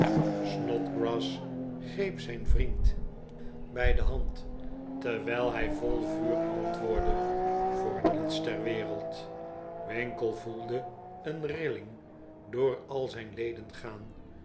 snodgrass greep zijn vriend bij de hand terwijl hij vol vuur antwoordde voor niets ter wereld winkle voelde een rilling door al ztjn leden gaan